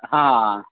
हां